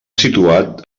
situat